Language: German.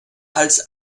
als